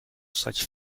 such